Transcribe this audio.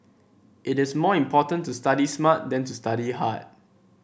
it is more important to study smart than to study hard